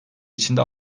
içinde